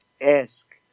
ask